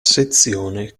sezione